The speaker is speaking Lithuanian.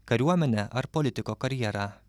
kariuomenę ar politiko karjerą